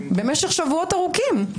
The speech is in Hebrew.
במשך שבועות ארוכים.